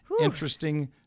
interesting